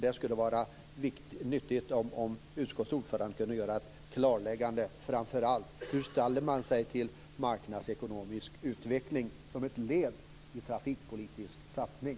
Det skulle vara nyttigt om utskottets ordförande kunde göra ett klarläggande. Framför allt: Hur ställer man sig till marknadsekonomisk utveckling som ett led i en trafikpolitisk satsning?